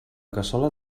cassola